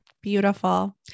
Beautiful